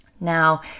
Now